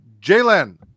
Jalen